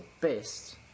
best